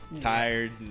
tired